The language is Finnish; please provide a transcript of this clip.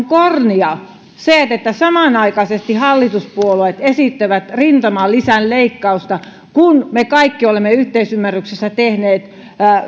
kornia se että samanaikaisesti hallituspuolueet esittävät rintamalisän leikkausta kun me kaikki olemme yhteisymmärryksessä tehneet